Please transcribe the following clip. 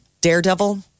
Daredevil